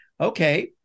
Okay